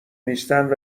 نیستند